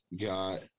got